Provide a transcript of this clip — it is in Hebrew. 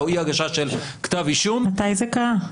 אי הגשה של כתב אישום --- מתי זה קרה?